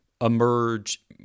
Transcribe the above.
emerge